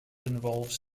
involves